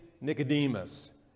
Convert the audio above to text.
Nicodemus